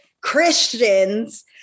Christians